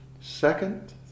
Second